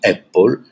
Apple